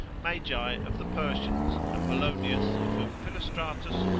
magi of the persians, apollonius, of whom philostratus,